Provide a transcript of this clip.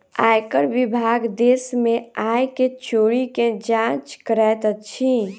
आयकर विभाग देश में आय के चोरी के जांच करैत अछि